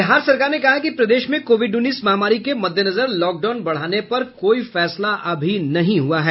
बिहार सरकार ने कहा है कि प्रदेश में कोविड उन्नीस महामारी के मद्देनजर लॉकडाउन बढ़ाने पर कोई फैसला अभी नहीं हुआ है